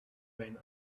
men